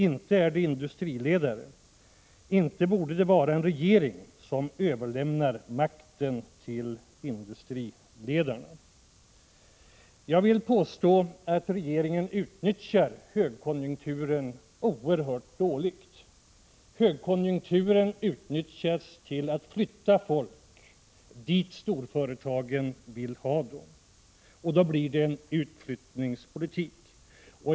Inte är det industriledare. Inte borde det väl vara en regering som överlämnar makten till industriledarna.” Jag vill påstå att regeringen utnyttjar högkonjunkturen oerhört dåligt. Högkonjunkturen utnyttjas till att flytta folk dit storföretagen vill ha dem. Då blir det en utflyttningspolitik.